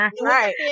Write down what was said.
Right